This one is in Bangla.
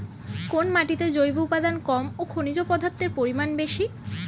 কোন মাটিতে জৈব উপাদান কম ও খনিজ পদার্থের পরিমাণ বেশি?